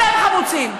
אתם חמוצים.